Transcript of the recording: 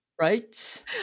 Right